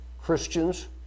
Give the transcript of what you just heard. Christians